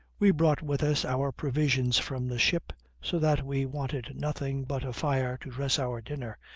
we brought with us our provisions from the ship, so that we wanted nothing but a fire to dress our dinner,